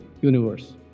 universe